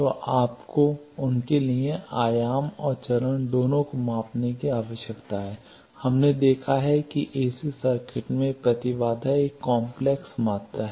तो आपको उनके लिए आयाम और चरण दोनों को मापने की आवश्यकता है हमने देखा है कि एसी सर्किट में प्रतिबाधा एक काम्प्लेक्स मात्रा है